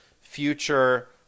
future